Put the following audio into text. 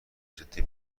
جدی